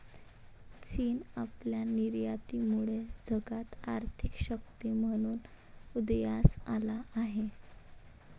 चीन आपल्या निर्यातीमुळे जगात आर्थिक शक्ती म्हणून उदयास आला आहे